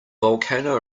volcano